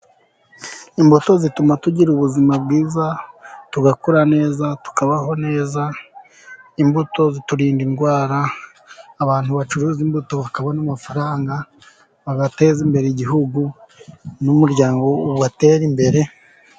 Imbuto zituma tugira ubuzima bwiza tugakura neza tukabaho neza, imbuto ziturinda indwara abantu bacuruza imbuto bakabona amafaranga, bagateza imbere igihugu n'umuryango ugatera imbere.